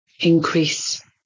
increase